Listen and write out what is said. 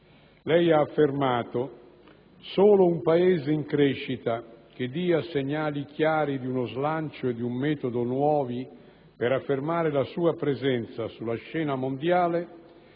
Lei ha affermato che solo un Paese in crescita, che dia segnali chiari di uno slancio e di un metodo nuovi per affermare la sua presenza sulla scena mondiale,